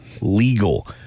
legal